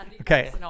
Okay